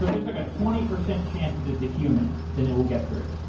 there's like a twenty percent chance that it's a human then it will get through.